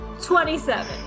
27